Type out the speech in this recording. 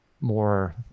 more